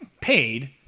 paid